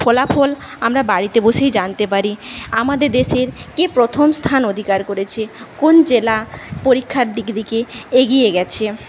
ফলাফল আমরা বাড়িতে বসেই জানতে পারি আমাদের দেশের কে প্রথম স্থান অধিকার করেছে কোন জেলা পরীক্ষার দিক দিকে এগিয়ে গেছে